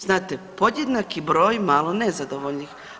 Znate podjednaki broj malo nezadovoljnih.